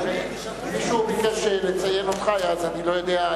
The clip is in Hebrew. מישהו ביקש לציין אותך, אז אני לא יודע.